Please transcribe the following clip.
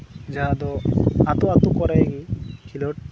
ᱡᱟᱦᱟᱸ ᱫᱚ ᱟᱛᱳ ᱟᱛᱳ ᱠᱚᱨᱮ ᱠᱷᱮᱞᱳᱰ